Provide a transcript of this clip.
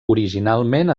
originalment